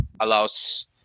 Allows